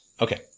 Okay